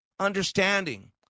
Understanding